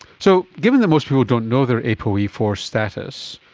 so given that most people don't know their apoe e four status,